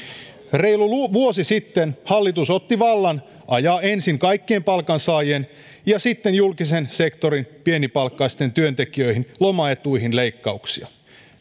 reilu vuosi sitten hallitus otti vallan ajaa ensin kaikkien palkansaajien ja sitten julkisen sektorin pienipalkkaisten työntekijöiden lomaetuihin leikkauksia